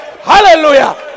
Hallelujah